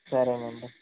సరే అండి